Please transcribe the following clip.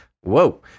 whoa